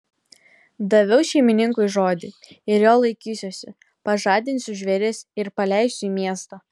daviau šeimininkui žodį ir jo laikysiuosi pažadinsiu žvėris ir paleisiu į miestą